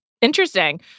Interesting